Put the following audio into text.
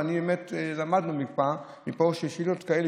ולמדנו מפה ששאלות כאלה,